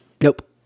nope